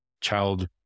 child